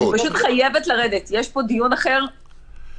אני פשוט חייבת לרדת, יש פה דיון אחר קריטי.